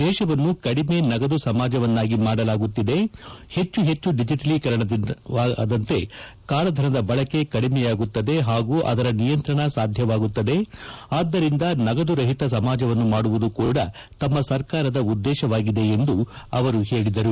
ದೇಶವನ್ನು ಕೆಡಿಮೆ ನಗದು ಸಮಾಜವನ್ನಾಗಿ ಮಾಡಲಾಗುತ್ತಿದೆ ಹೆಚ್ಚು ಹೆಚ್ಚು ದಿಜಿಟಲೀಕರಣವಾದಂತೆ ಕಾಳಧನದ ಬಳಕೆ ಕಡಿಮೆಯಾಗುತ್ತದೆ ಹಾಗೂ ಅದರ ನಿಯಂತ್ರಣ ಸಾಧ್ಯವಾಗುತ್ತದೆ ಆದ್ದರಿಂದ ನಗದು ರಹಿತ ಸಮಾಜವನ್ನು ನಿರ್ಮಾಣ ಮಾಡುವುದು ಕೂಡ ತಮ್ಮ ಸರ್ಕಾರದ ಉದ್ದೇಶವಾಗಿದೆ ಎಂದು ಅವರು ಹೇಳಿದರು